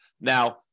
Now